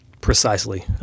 precisely